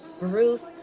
Bruce